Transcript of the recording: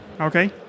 Okay